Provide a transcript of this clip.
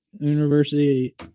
University